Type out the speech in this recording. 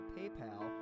PayPal